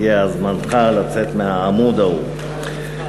הגיע זמנך לצאת מהעמוד ההוא.